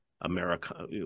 america